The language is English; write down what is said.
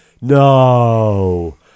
No